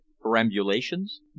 perambulations